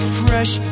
fresh